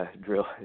drill